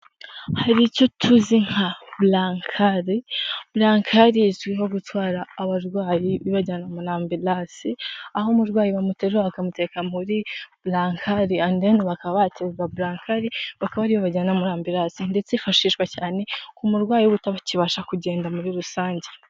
Hari icyo tuzi nka burankari, burankari izwiho gutwara abarwayi ibajyana muri ambirasi, aho umurwayi bamuterura bakamutereka muri burankari, andi deni bakaba baterura burankari bakaba ariyo bajyana muri amburasi, ndetse ifashishwa cyane ku umurwayi utakibasha kugenda muri rusange.